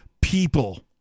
people